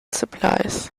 supplies